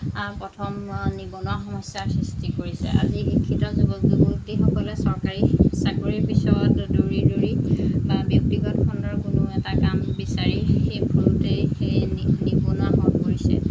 প্ৰথম নিবনুৱা সমস্যাৰ সৃষ্টি কৰিছে আজি শিক্ষিত যুৱক যুৱতীসকলে চৰকাৰী চাকৰিৰ পিছত দৌৰি দৌৰি বা ব্যক্তিগত খণ্ডৰ কোনো এটা কাম বিচাৰি সেই ফুৰোতেই সেই নিবনুৱা হৈ পৰিছে